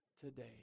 today